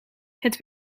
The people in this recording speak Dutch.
het